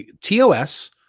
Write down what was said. TOS